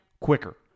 quicker